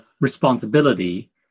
responsibility